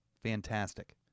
Fantastic